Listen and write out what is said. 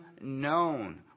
known